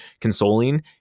consoling